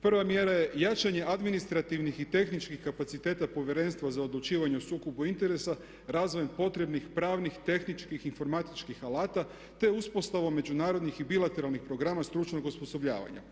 Prva mjera je jačanje administrativnih i tehničkih kapaciteta Povjerenstva za odlučivanje o sukobu interesa, razvojem potrebnih pravnih, tehničkih, informatičkih alata te uspostavom međunarodnih i bilateralnih programa stručnog osposobljavanja.